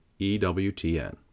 EWTN